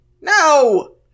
No